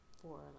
four